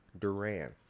Duran